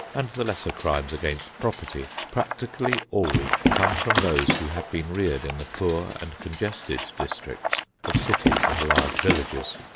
and the lesser crimes against property, practically all come from those who have been reared in the poor and congested districts of cities and large villages.